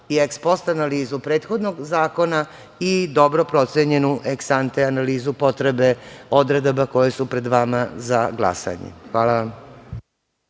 i eks-post analizu prethodnog zakona i dobro procenjenu eks-ante analizu potrebe odredaba koje su pred vama za glasanje. Hvala vam.